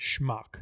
schmuck